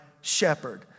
shepherd